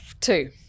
Two